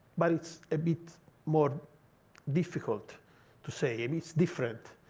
but it's a bit more difficult to say. i mean it's different.